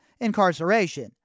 incarceration